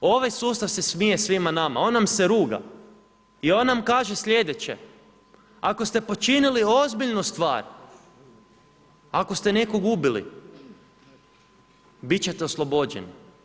Ovaj sustav se smije svima nama, on nam se ruga, i on nam kaže slijedeće, ako ste počinili ozbiljnu stvar, ako ste nekog ubili, biti ćete oslobođeni.